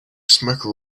smoke